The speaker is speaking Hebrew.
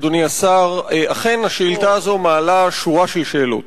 אדוני השר, אכן השאילתא הזאת מעלה שורה של שאלות.